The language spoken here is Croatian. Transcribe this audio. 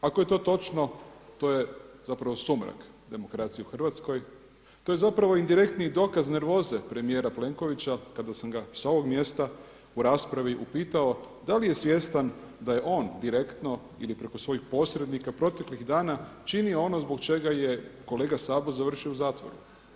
Ako je to točno to je zapravo sumrak demokracije u Hrvatskoj, to je zapravo indirektni dokaz nervoze premijera Plenkovića kada sam ga sa ovog mjesta u raspravi upitao da li je svjestan da je on direktno ili preko svojih posrednika proteklih dana činio ono zbog čega je kolega Sabo završio u zatvoru.